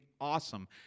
awesome